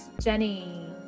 Jenny